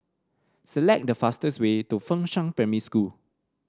select the fastest way to Fengshan Primary School